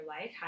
life